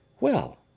Well